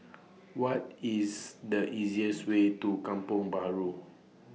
What IS The easiest Way to Kampong Bahru